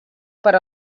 per